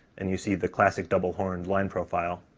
and you see the classic double horn line profile,